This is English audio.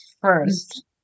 first